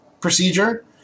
procedure